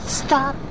stop